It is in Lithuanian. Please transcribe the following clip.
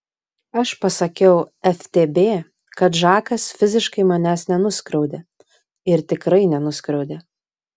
aš pasakiau ftb kad žakas fiziškai manęs nenuskriaudė ir tikrai nenuskriaudė